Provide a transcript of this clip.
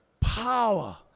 power